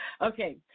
Okay